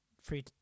Free